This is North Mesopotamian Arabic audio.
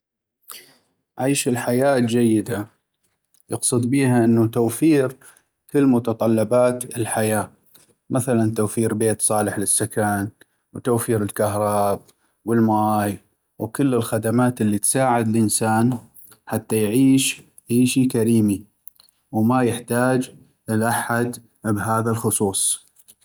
عيش الحياة الجيدة ، يقصد بيها انو توفير كل متطلبات الحياة مثلاً توفير بيت صالح للسكن وتوفير الكهرب والماي وكل الخدمات اللي تساعد الانسان حتى يعيش عيشي كريمي وما يحتاج لأحد ، بهذا الخصوص.